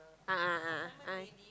a'ah a'ah